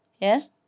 yes